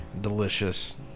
delicious